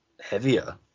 heavier